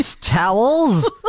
towels